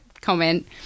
comment